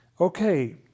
Okay